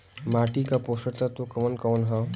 माटी क पोषक तत्व कवन कवन ह?